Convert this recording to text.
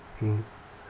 mmhmm